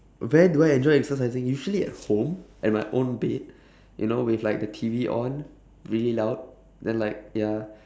where do I enjoy exercising usually at home at my own bed you know with like the T_V on really loud then like ya